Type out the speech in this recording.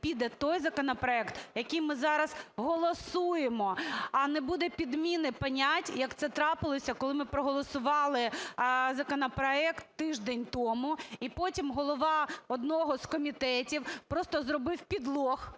піде той законопроект, який ми зараз голосуємо, а не буде підміни понять, як це трапилося, коли ми проголосували законопроект тиждень тому. І потім голова одного з комітетів просто зробив підлог